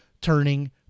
turning